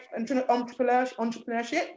entrepreneurship